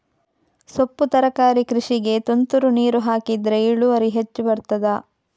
ಸೊಪ್ಪು ತರಕಾರಿ ಕೃಷಿಗೆ ತುಂತುರು ನೀರು ಹಾಕಿದ್ರೆ ಇಳುವರಿ ಹೆಚ್ಚು ಬರ್ತದ?